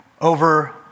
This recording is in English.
over